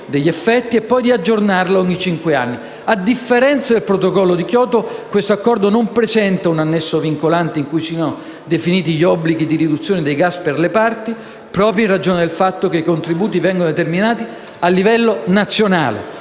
A differenza del Protocollo di Kyoto, l'Accordo di Parigi non presenta un annesso vincolante in cui siano definiti gli obblighi di riduzione dei gas per le parti, proprio in ragione del fatto che i contributi vengono determinati a livello nazionale